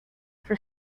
for